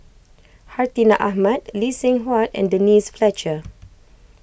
Hartinah Ahmad Lee Seng Huat and Denise Fletcher